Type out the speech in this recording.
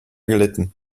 gelitten